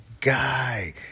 guy